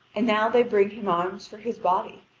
and now they bring him arms for his body,